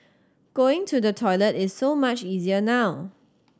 going to the toilet is so much easier now